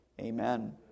Amen